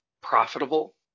profitable